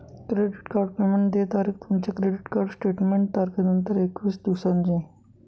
credit card payment देय तारीख तुमच्या क्रेडिट कार्ड स्टेटमेंट तारखेनंतर एकवीस दिवसांनी आहे